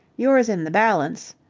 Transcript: yours in the balance,